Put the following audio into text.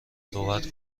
صحبت